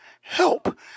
help